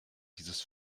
dieses